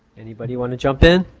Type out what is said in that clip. anybody want to jump in?